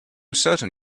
certain